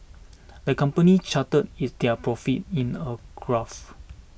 the company charted his their profits in a graph